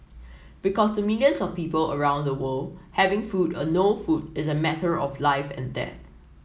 because to millions of people around the world having food or no food is a matter of life and death